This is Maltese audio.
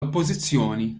oppożizzjoni